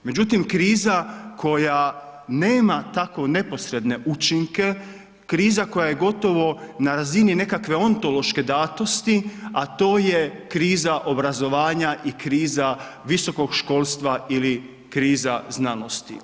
Međutim kriza koja nema takvu neposredne učinke, kriza koja je gotovo na razini nekakve ontološke datosti a to je kriza obrazovanja i kriza visokog školstva ili kriza znanosti.